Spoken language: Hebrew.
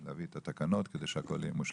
להביא את התקנות כדי שהכול יהיה מושלם?